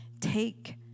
take